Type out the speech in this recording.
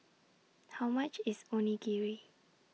How much IS Onigiri